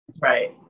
Right